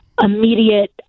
immediate